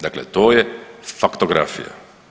Dakle, to je faktografija.